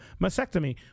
mastectomy